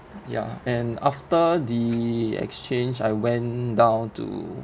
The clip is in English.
ya and after the exchange I went down to